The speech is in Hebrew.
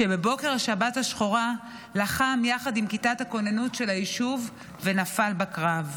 שבבוקר השבת השחורה לחם יחד עם כיתת הכוננות של היישוב ונפל בקרב.